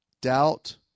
doubt